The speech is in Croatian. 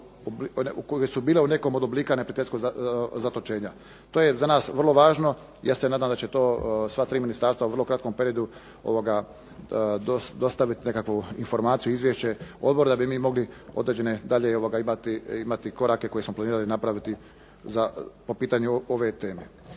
koje su bile u nekom od oblika neprijateljskog zatočenja. To je za nas vrlo važno. Ja se nadam da će to sva tri ministarstva u vrlo kratkom periodu dostaviti nekakvu informaciju, izvješće odboru da bi mogli određene dalje imati korake koje smo planirali napraviti po pitanju ove teme.